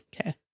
Okay